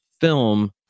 film